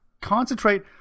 concentrate